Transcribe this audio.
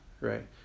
right